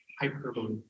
Hyperbole